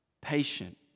patient